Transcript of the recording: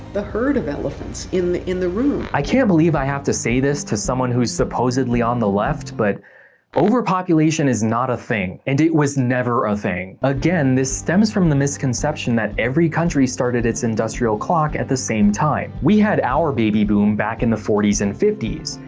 the herd of elephants in the in the room. i can't believe i have to say this to someone who is supposedly on the left, but overpopulation is not a thing. and it was never a thing. again, this stems from the misconception that every country started its industrial clock at the same time. we had our baby boom in the forty s and fifty s,